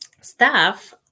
staff